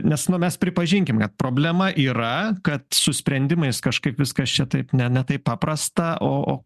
nes nu mes pripažinkim kad problema yra kad su sprendimais kažkaip viskas čia taip ne ne taip paprasta o o